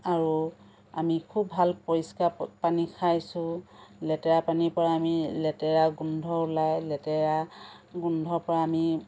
আৰু আমি খুব ভাল পৰিষ্কাৰ পানী খাইছোঁ লেতেৰা পানীৰ পৰা আমি লেতেৰা গোন্ধ ওলায় লেতেৰা গোন্ধৰপৰা আমি